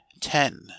ten